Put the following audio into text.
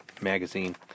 magazine